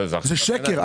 זה שקר.